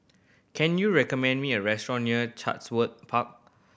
can you recommend me a restaurant near Chatsworth Park